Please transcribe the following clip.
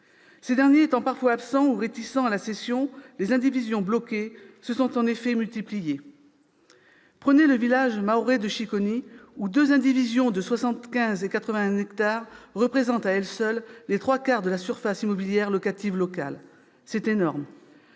Ces derniers étant parfois absents ou réticents à la cession, les indivisions « bloquées » se sont en effet multipliées. Prenez le village mahorais de Chiconi, où deux indivisions de 75 et 81 hectares représentent à elles seules les trois quarts de la surface immobilière locative locale. C'est énorme